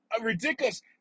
ridiculous